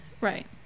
Right